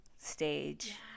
Stage